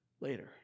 later